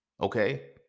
Okay